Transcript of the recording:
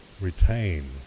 retain